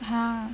ha